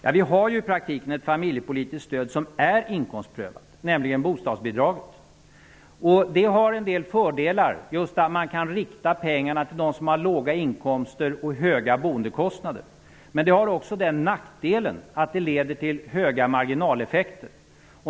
Vi har i praktiken ett familjepolitiskt stöd som är inkomstprövat, nämligen bostadsbidraget. Det har en del fördelar, t.ex. just att man kan rikta pengarna till dem som har låga inkomster och höga boendekostnader. Men det har också den nackdelen att det leder till höga marginaleffekter.